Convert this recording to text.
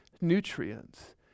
nutrients